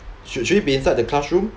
should should we be inside the classroom